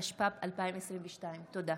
התשפ"ב 2022. תודה.